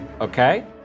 okay